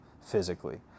physically